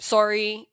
Sorry